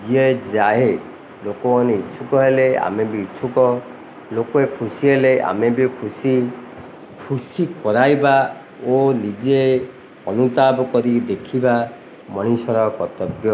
ଯିଏ ଯାଏ ଲୋକମାନେ ଇଚ୍ଛୁକ ହେଲେ ଆମେ ବି ଇଚ୍ଛୁକ ଲୋକେ ଖୁସି ହେଲେ ଆମେ ବି ଖୁସି ଖୁସି କରାଇବା ଓ ନିଜେ ଅନୁତାବ କରିି ଦେଖିବା ମଣିଷର କର୍ତ୍ତବ୍ୟ